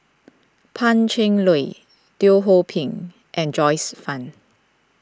Pan Cheng Lui Teo Ho Pin and Joyce Fan